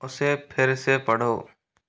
उसे फिर से पढ़ो